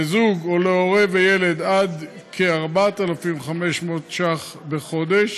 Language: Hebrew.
לזוג או להורה וילד, עד כ-4,500 ש"ח בחודש